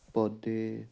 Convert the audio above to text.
ਪੌਦੇ